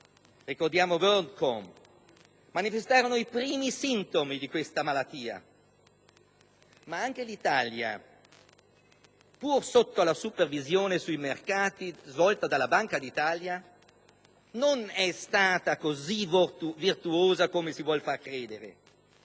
Enron e WorldCom) manifestarono i primi sintomi di questa malattia, ma anche l'Italia, pur sotto la supervisione sui mercati svolta dalla Banca d'Italia, non è stata così virtuosa come si vuol far credere.